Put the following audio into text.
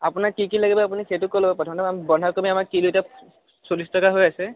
আপোনাক কি কি লাগিব আপুনি সেইটো ক'লে হ'ল প্ৰথমতে বন্ধাকবি আমাৰ কিলোতে চল্লিছ টকা হৈ আছে